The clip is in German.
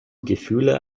gefühle